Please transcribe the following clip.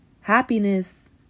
Happiness